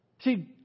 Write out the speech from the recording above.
See